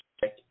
Check